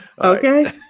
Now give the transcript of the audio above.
Okay